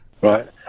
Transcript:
right